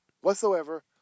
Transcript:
whatsoever